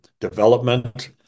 development